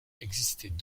existaient